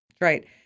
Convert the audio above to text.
right